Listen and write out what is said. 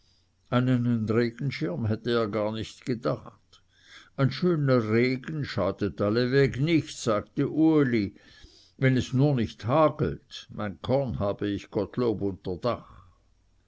regenschirm hätte er gar nicht gedacht ein schöner regen schadet allweg nichts sagte uli wenn es nur nicht hagelt mein korn habe ich gottlob